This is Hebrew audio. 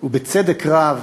ובצדק רב